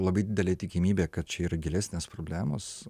labai didelė tikimybė kad čia yra gilesnės problemos